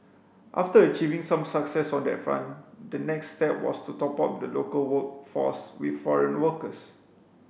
after achieving some success on that front the next step was to top up the local workforce with foreign workers